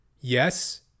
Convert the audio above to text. yes